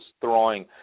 throwing